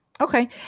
Okay